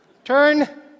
Turn